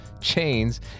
chains